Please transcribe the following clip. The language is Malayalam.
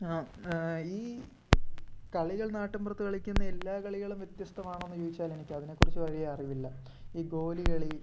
ഈ കളികൾ നാട്ടിൻപുറത്തു കളിക്കുന്ന എല്ലാ കളികളും വ്യത്യസ്തമാണോ എന്ന് ചോദിച്ചാൽ എനിക്കതിനെക്കുറിച്ച് വലിയ അറിവില്ല ഈ ഗോലി കളി